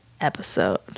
episode